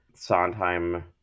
Sondheim